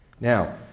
Now